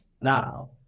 Now